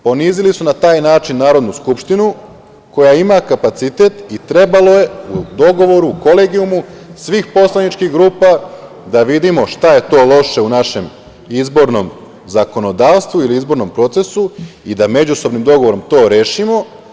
Ponizili su na taj način Narodnu skupštinu koja ima kapacitet i trebalo je u dogovoru, kolegijumu svih poslaničkih grupa da vidimo šta je to loše u našem izbornom zakonodavstvu ili izbornom procesu i da međusobnim dogovorom to rešimo.